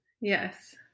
yes